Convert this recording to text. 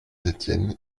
etienne